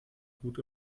gut